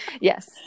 Yes